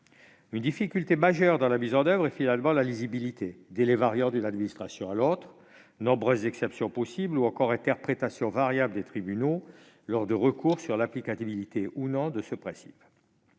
Une difficulté majeure engendrée par la mise en oeuvre de ce principe est finalement relative à sa lisibilité : délais variant d'une administration à l'autre, nombreuses exceptions possibles ou encore interprétation variable des tribunaux lors d'un recours sur l'applicabilité ou non de ce principe.